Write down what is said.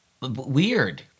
Weird